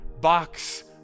box